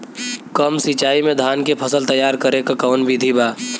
कम सिचाई में धान के फसल तैयार करे क कवन बिधि बा?